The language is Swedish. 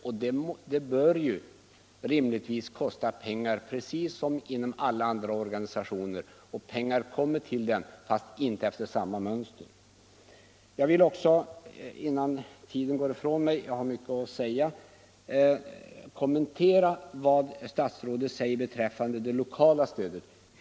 Och den bör rimligtvis kosta pengar, precis som det arbete som bedrivs inom andra organisationer. Jag vill också innan tiden går ifrån mig — jag har mycket att säga - kommentera vad statsrådet säger beträffande det lokala stödet.